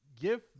Give